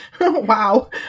Wow